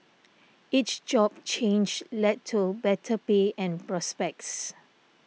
each job change led to better pay and prospects